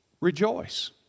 rejoice